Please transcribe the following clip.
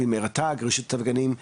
מרשות הטבע והגנים.